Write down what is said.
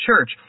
church